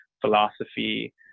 philosophy